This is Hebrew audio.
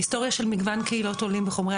היסטוריה של מגוון קהילות עולים בחומרי